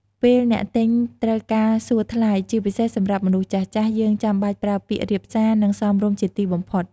ពេលអ្នកទិញត្រូវការសួរថ្លៃ ជាពិសេសសម្រាប់មនុស្សចាស់ៗ យើងចាំបាច់ប្រើពាក្យរាបសារ និងសមរម្យជាទីបំផុត។